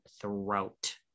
throat